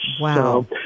Wow